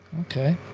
okay